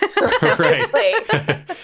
Right